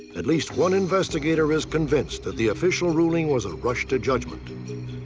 at least one investigator is convinced that the official ruling was a rush to judgment.